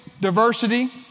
diversity